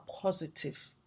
positive